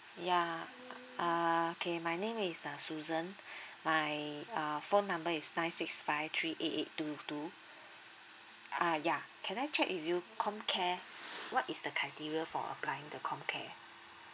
yeah uh okay my name is uh susan my uh phone number is nine six five three eight eight two two ah yeah can I check with you comcare what is the criteria for applying the comcare